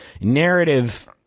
narrative